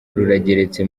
rurageretse